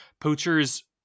poachers